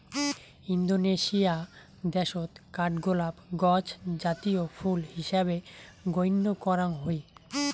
Indonesia দ্যাশত কাঠগোলাপ গছ জাতীয় ফুল হিসাবে গইণ্য করাং হই